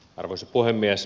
arvoisa puhemies